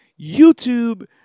youtube